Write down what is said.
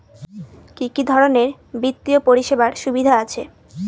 কি কি ধরনের বিত্তীয় পরিষেবার সুবিধা আছে?